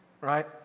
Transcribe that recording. right